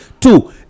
Two